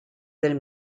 del